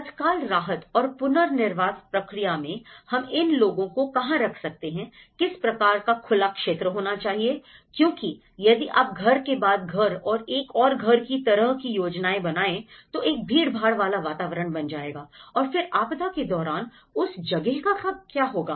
तत्काल राहत और पुनर्वास प्रक्रिया में हम इन लोगों को कहां रख सकते हैं किस प्रकार का खुला क्षेत्र होना चाहिए क्योंकि यदि आप घर के बाद घर और एक और घर के तरह की योजना बनाएं तो एक भीड़भाड़ वाला वातावरण बन जाएगा और फिर आपदा के दौरान उस जगह का क्या होगा